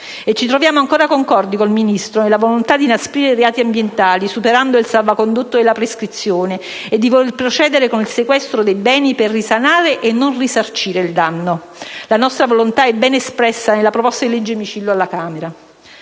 Ci troviamo ancora concordi con il Ministro nella volontà di inasprire i reati ambientali superando il salvacondotto della prescrizione e di voler procedere con il sequestro dei beni per risanare e non per risarcire il danno. La nostra volontà è ben espressa nella proposta di legge Micillo presentata